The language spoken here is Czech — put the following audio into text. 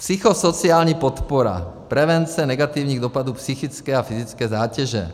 Psychosociální podpora, prevence negativních dopadů psychické a fyzické zátěže.